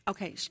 Okay